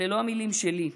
אלה לא המילים שלי,